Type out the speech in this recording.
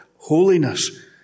holiness